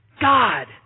god